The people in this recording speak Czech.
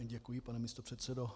Děkuji, pane místopředsedo.